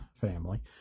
family